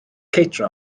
kate